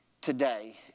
today